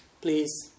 please